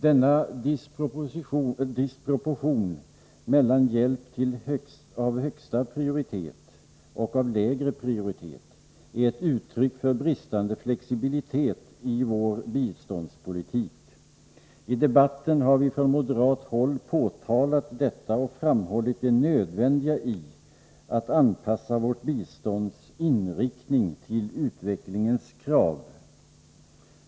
Denna disproportion mellan hjälp av högsta prioritet och av lägre prioritet är ett uttryck för bristande flexibilitet i vår biståndspolitik. I debatten har vi från moderat håll påtalat detta och framhållit det nödvändiga i att anpassa vårt bistånds inriktning till utvecklingens krav.